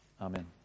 Amen